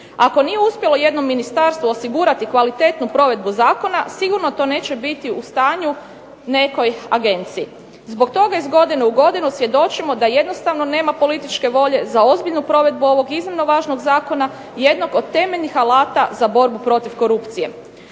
Ako nije uspjelo jednom ministarstvu osigurati kvalitetnu provedbu zakona sigurno to neće biti u stanju nekoj agenciji. Zbog toga iz godine u godinu svjedočimo da jednostavno nema političke volje za ozbiljnu provedbu ovog iznimno važnog zakona, jednog od temeljnih alata za borbu protiv korupcije.